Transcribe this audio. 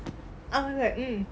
I was like mm